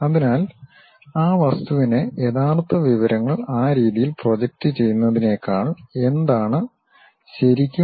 അതിനാൽ ആ വസ്തുവിന്റെ യഥാർത്ഥ വിവരങ്ങൾ ആ രീതിയിൽ പ്രൊജക്റ്റ് ചെയ്യുന്നതിനേക്കാൾ എന്താണ് ശരിക്കും എന്ന് നമുക്ക് അറിവ് ഉണ്ടായിരിക്കും